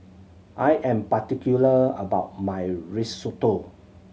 I am particular about my Risotto